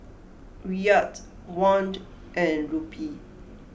Riyal Won and Rupee